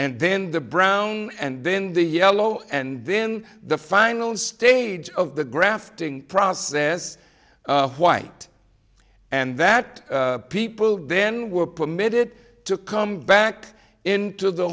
and then the brown and then the yellow and then the final stage of the grafting process white and that people then were permitted to come back into the